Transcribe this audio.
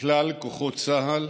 וכלל כוחות צה"ל,